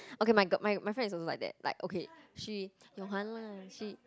okay my fi~ my my friend is also like okay she lah she